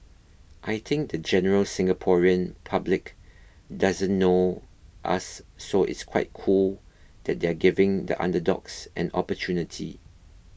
I think the general Singaporean public doesn't know us so it's quite cool that they're giving the underdogs an opportunity